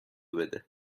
بده